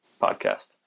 podcast